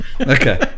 okay